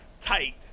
Tight